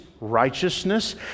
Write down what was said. righteousness